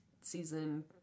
season